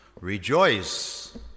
rejoice